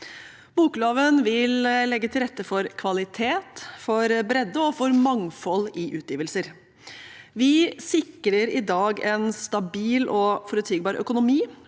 Bokloven vil legge til rette for kvalitet, for bredde og for mangfold i utgivelser. Vi sikrer i dag en stabil og forutsigbar økonomi